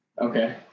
Okay